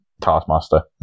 Taskmaster